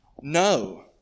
No